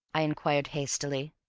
i inquired hastily.